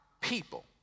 people